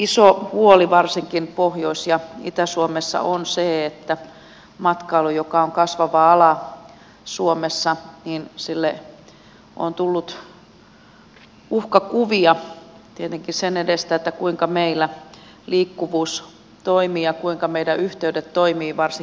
iso huoli varsinkin pohjois ja itä suomessa on se että matkailulle joka on kasvava ala suomessa on tullut uhkakuvia tietenkin sen edestä että kuinka meillä liikkuvuus toimii ja kuinka meidän yhteytemme toimivat varsinkin pohjoiseen